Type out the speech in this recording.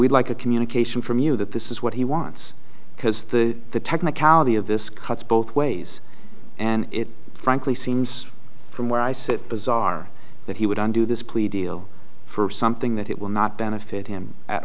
we'd like a communication from you that this is what he wants because the technicality of this cuts both ways and it frankly seems from where i sit bizarre that he would undo this plea deal for something that it will not benefit him at